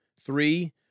Three